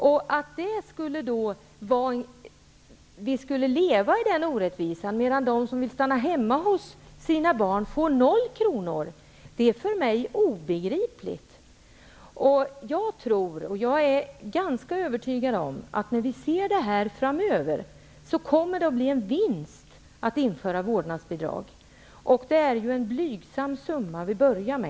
Det är för mig obegripligt hur vi skall fortsätta att leva i den orättvisan att de som stannar hemma med sina barn får noll kronor. Jag är ganska övertygad om att det i framtiden kommer att innebära en vinst att införa vårdnadsbidraget. Vi börjar med en blygsam summa.